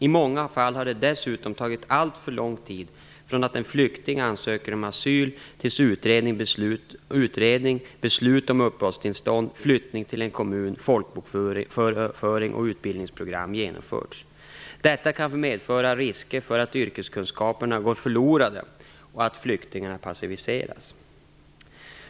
I många fall har det dessutom tagit alltför lång tid från det att en flykting ansöker om asyl tills utredning, beslut om uppehållstillstånd, flyttning till en kommun, folkbokföring och utbildningsprogram genomförts. Detta kan medföra risker för att yrkeskunskaperna går förlorade och att flyktingarna passiviseras.